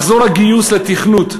מחזור הגיוס האחרון לתכנות,